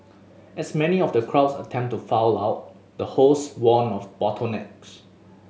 as many of the crowds attempted to file out the host warned of bottlenecks